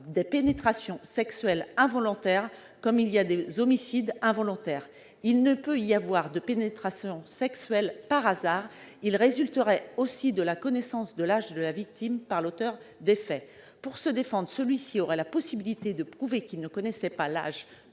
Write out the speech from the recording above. des pénétrations sexuelles involontaires, comme il y a des homicides involontaires ? Il ne peut y avoir de pénétration sexuelle par hasard. Il résulterait aussi de la connaissance de l'âge de la victime par l'auteur des faits. Pour se défendre, celui-ci aurait la possibilité de prouver qu'il ne connaissait pas l'âge